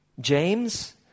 James